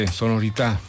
sonorità